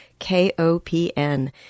KOPN